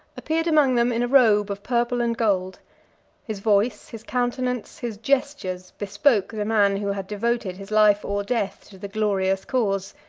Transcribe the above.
appeared among them in a robe of purple and gold his voice, his countenance, his gestures, bespoke the man who had devoted his life or death to the glorious cause.